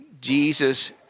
Jesus